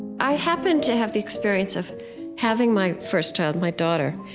i happened to have the experience of having my first child, my daughter,